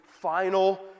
final